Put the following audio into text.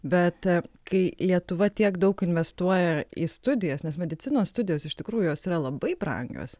bet kai lietuva tiek daug investuoja į studijas nes medicinos studijos iš tikrųjų jos yra labai brangios